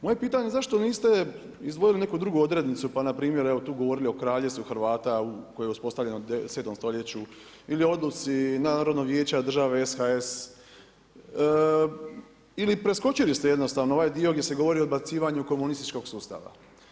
Moje pitanje zašto niste izdvojili neku drugu odrednicu pa npr. tu govorili o kraljevstvu Hrvata koje je uspostavljeno u 7. stoljeću, ili odluci Narodnog vijeća države SHS, ili preskočili ste jednostavno ovaj dio gdje se govori o odbacivanju komunističkog sustava.